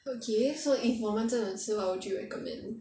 okay so if 我们真的吃 what would you recommend